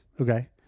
Okay